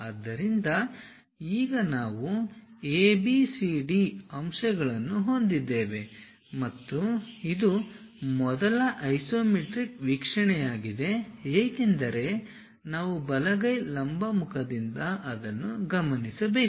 ಆದ್ದರಿಂದ ಈಗ ನಾವು ಎಬಿಸಿಡಿ ಅಂಶಗಳನ್ನು ಹೊಂದಿದ್ದೇವೆ ಮತ್ತು ಇದು ಮೊದಲ ಐಸೊಮೆಟ್ರಿಕ್ ವೀಕ್ಷಣೆಯಾಗಿದೆ ಏಕೆಂದರೆ ನಾವು ಬಲಗೈ ಲಂಬ ಮುಖದಿಂದ ಅದನ್ನು ಗಮನಿಸಬೇಕು